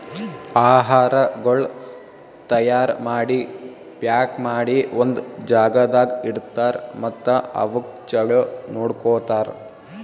ಆಹಾರಗೊಳ್ ತೈಯಾರ್ ಮಾಡಿ, ಪ್ಯಾಕ್ ಮಾಡಿ ಒಂದ್ ಜಾಗದಾಗ್ ಇಡ್ತಾರ್ ಮತ್ತ ಅವುಕ್ ಚಲೋ ನೋಡ್ಕೋತಾರ್